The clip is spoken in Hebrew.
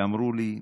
ואמרו לי: